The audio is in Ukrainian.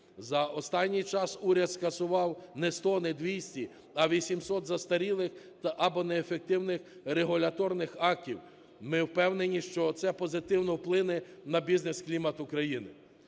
За останній час уряд скасував не 100, не 200, а 800 застарілих або неефективних регуляторних актів. Ми впевнені, що це позитивно вплине на бізнес-клімат України.